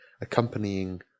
accompanying